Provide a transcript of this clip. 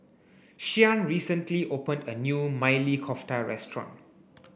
Shyann recently opened a new Maili Kofta restaurant